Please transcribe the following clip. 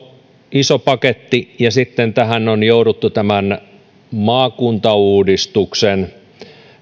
iso paketti ja tähän on jouduttu maakuntauudistuksen